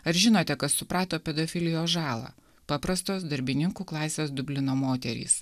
ar žinote kas suprato pedofilijos žalą paprastos darbininkų klasės dublino moterys